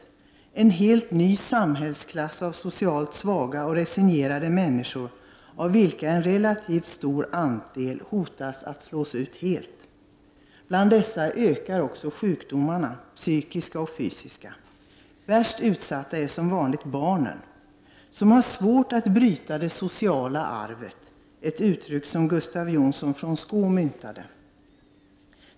Vi har fått en helt ny samhällsklass av socialt svaga och resignerade människor av vilka en relativt stor andel hotas att slås ut helt. Bland dessa ökar psykiska och fysiska sjukdomar. Värst utsatta är som vanligt barnen, som har svårt att bryta ”det sociala arvet”, ett uttryck som Gustav Jonsson från Skå myntade.